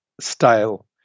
style